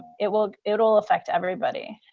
it will it will affect everybody.